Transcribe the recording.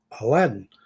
aladdin